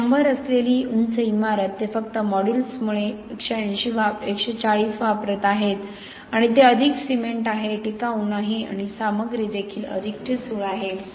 तर शंभर असलेली उंच इमारत ते फक्त मोड्यूलसमुळे 140 वापरत आहेत आणि ते अधिक सिमेंट आहे टिकाऊ नाही आणि सामग्री देखील अधिक ठिसूळ आहे